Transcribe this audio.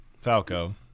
Falco